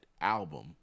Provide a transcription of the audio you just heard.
album